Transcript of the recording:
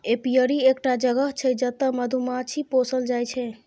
apiary एकटा जगह छै जतय मधुमाछी पोसल जाइ छै